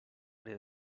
àrea